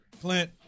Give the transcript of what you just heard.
Clint